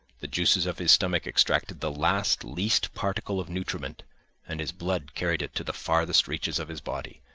the juices of his stomach extracted the last least particle of nutriment and his blood carried it to the farthest reaches of his body,